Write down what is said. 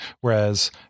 Whereas